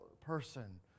person